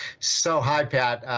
so hi, pat.